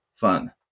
fun